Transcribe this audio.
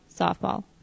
softball